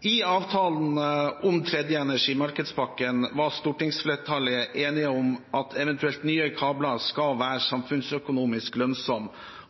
I avtalen om tredje energimarkedspakke var stortingsflertallet enige om at eventuelle nye kabler skal være samfunnsøkonomisk lønnsomme,